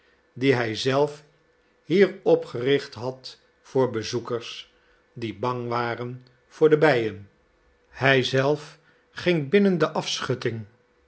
die hij zelf hier opgericht had voor bezoekers die bang waren voor de bijen hij zelf ging binnen de afschutting